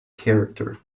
character